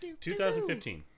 2015